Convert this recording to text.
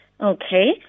Okay